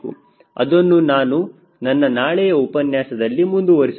ಅದನ್ನು ನಾನು ನನ್ನ ನಾಳೆಯ ಉಪನ್ಯಾಸದಲ್ಲಿ ಮುಂದುವರಿಸುತ್ತೇನೆ